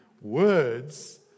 Words